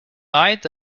that